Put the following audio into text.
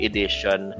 Edition